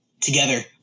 together